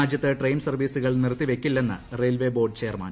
രാജ്യത്ത് ട്രെയിൻ സ്ർവ്വീസുകൾ നിർത്തിവയ്ക്കില്ലെന്ന് ന് റെയിൽവേ ബോർഡ് ചെയർമാൻ